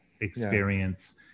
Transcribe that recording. experience